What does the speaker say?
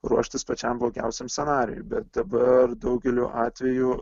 ruoštis pačiam blogiausiam scenarijui bet dabar daugeliu atvejų